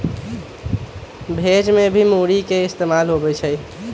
भेज में भी मूरी के इस्तेमाल होबा हई